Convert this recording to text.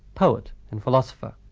poet and philosopher.